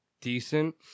decent